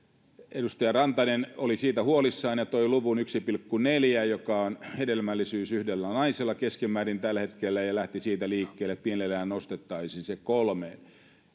edustaja rantanen oli siitä huolissaan ja toi luvun yksi pilkku neljä joka on hedelmällisyys yhdellä naisella keskimäärin tällä hetkellä ja lähti siitä liikkeelle että mielellään nostettaisiin se kolmeen